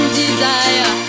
desire